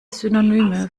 synonyme